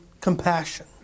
Compassion